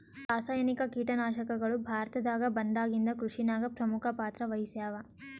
ರಾಸಾಯನಿಕ ಕೀಟನಾಶಕಗಳು ಭಾರತದಾಗ ಬಂದಾಗಿಂದ ಕೃಷಿನಾಗ ಪ್ರಮುಖ ಪಾತ್ರ ವಹಿಸ್ಯಾವ